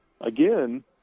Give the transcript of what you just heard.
again